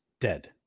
dead